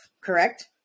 correct